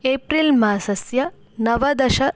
April मासस्य नवदश